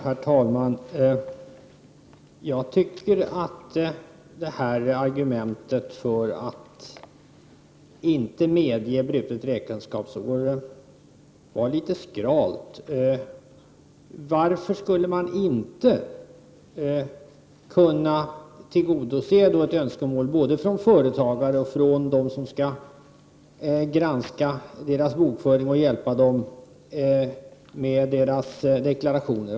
Herr talman! Jag tycker att det här argumentet för att inte medge brutet räkenskapsår var litet skralt. Varför skulle man inte kunna tillgodose ett önskemål både från företagare och från dem som skall granska deras bokföring och hjälpa dem med deras deklarationer.